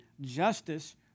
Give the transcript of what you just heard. justice